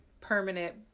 permanent